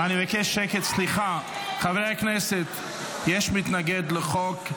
סליחה, חברי הכנסת, יש מתנגד לחוק.